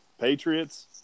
Patriots